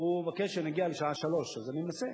הוא מבקש שנגיע לשעה 15:00, אז אני מנסה.